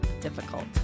difficult